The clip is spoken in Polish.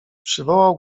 przywołał